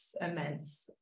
immense